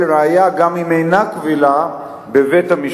ראיה גם אם אינה קבילה בבית-המשפט,